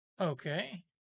Okay